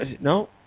No